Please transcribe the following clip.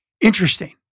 Interesting